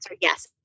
yes